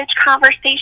conversation